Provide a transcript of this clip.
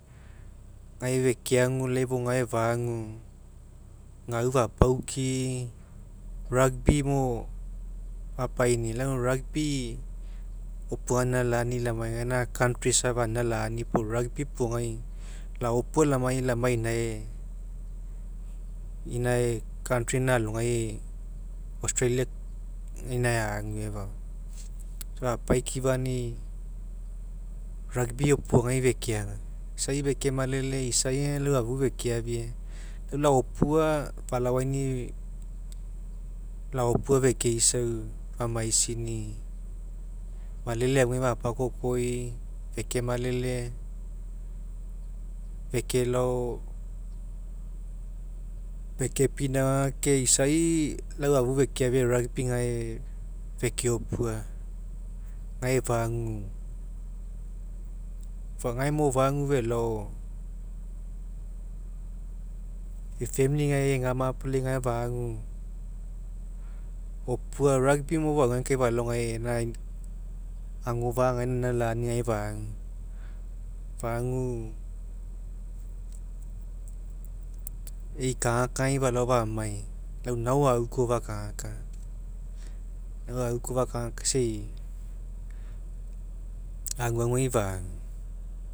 Gae fekeagu lai fai gae fagu, gau fapauki'i rugby nuo fapaini'i rugby mo opua aninalani lamai gaina country safa aninalani rugby puo gai laopua lamai laniai inae, inao country inae alogai australia inae ague foama. Fapaikifani'i rugby opuagai fekeagu isa fekemalele isa aga lau afufekeafia lau laopua fala ainui laopua fekeisau femaiseini'i malele afugai fapakokoi fekemalele fekelao fekepinauga ke isai lau afufekeafia rugby gae fekeopua gae fagu. Efua gaemo fagu, opua rugby mo faigai kai lau falao gae agofa'a aninalani gae fagu, fagu ei kagakagai falao faniai ku nao aui koa fakagakaga nai aui koa fakagakaga isa ei aguaguai fagu.